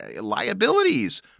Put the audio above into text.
liabilities